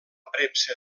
premsa